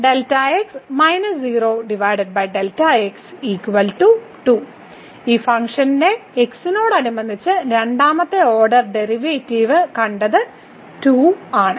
അതിനാൽ ഈ ഫംഗ്ഷന്റെ x നോടനുബന്ധിച്ച് രണ്ടാമത്തെ ഓർഡർ ഡെറിവേറ്റീവ് കണ്ടത് 2 ആണ്